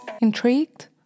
Intrigued